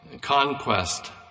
conquest